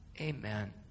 Amen